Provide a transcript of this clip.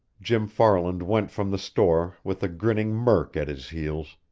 jim farland went from the store with a grinning murk at his heels,